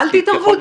אל תתערבו.